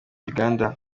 uganda